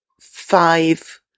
five